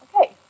okay